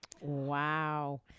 Wow